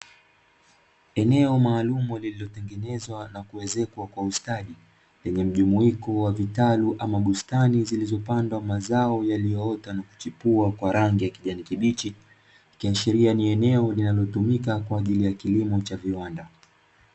Eneo maalumu lililotengenezwa na kuezekwa kwa ustadi, lenye mjumuiko wa vitalu ama bustani zilizopandwa mazao yaliyoota na kuchipua kwa rangi ya kijani kibichi. Ikiashiria ni eneo linalotumika kwa ajili ya kilimo cha viwanda.